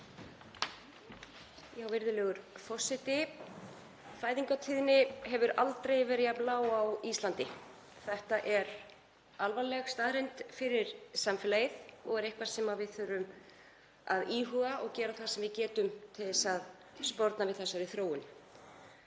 Virðulegur forseti. Fæðingartíðni hefur aldrei verið jafn lág á Íslandi. Þetta er alvarleg staðreynd fyrir samfélagið og er eitthvað sem við þurfum að íhuga og gera það sem við getum til að sporna við þessari þróun.